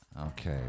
Okay